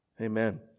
Amen